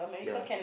ya